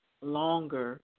longer